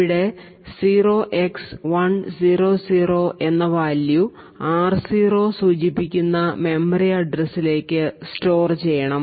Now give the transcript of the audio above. ഇവിടെ 0x100 എന്ന value R0 സൂചിപ്പിക്കുന്ന മെമ്മറി അഡ്രസിലേക്ക് സ്റ്റോർ ചെയ്യണം